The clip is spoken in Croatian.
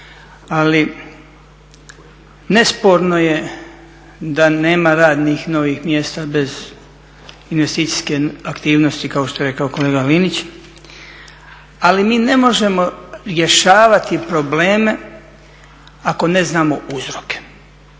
Ali nesporno je da nema radnih novih mjesta bez investicijske aktivnosti kao što je rekao kolega Linić. Ali mi ne možemo rješavati probleme ako ne znamo uzroke.